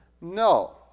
No